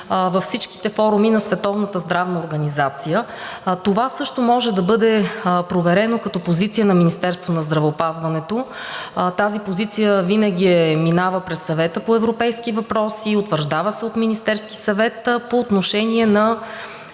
здравна организация. Това също може да бъде проверено като позиция на Министерството на здравеопазването. Тази позиция винаги минава през Съвета по европейски въпроси, утвърждава се от Министерския съвет по отношение на,